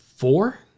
four